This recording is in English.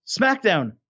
SmackDown